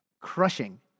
Crushing